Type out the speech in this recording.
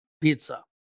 pizza